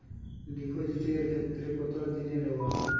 ডিপোজিটের ক্ষেত্রে কত দিনে ডবল?